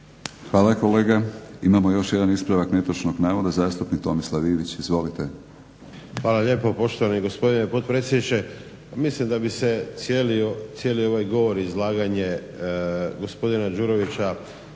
Hvala kolega. Imamo još jedan ispravak netočnog navoda. Zastupnik Tomislav Ivić, izvolite. **Ivić, Tomislav (HDZ)** Hvala lijepo, poštovani gospodine potpredsjedniče. Mislim da bi se cijeli ovaj govor i izlaganje gospodina Đurovića